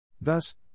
Thus